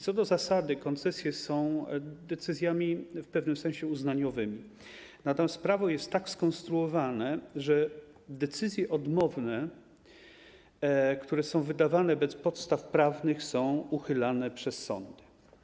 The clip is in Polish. Co do zasady koncesje są decyzjami w pewnym sensie uznaniowymi, natomiast prawo jest tak skonstruowane, że decyzje odmowne, które są wydawane bez podstaw prawnych, są uchylane przez sądy.